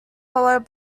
followed